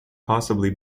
possibly